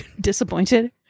disappointed